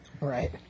Right